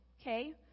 okay